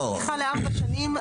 מבחני תמיכה לארבע שנים,